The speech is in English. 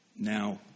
Now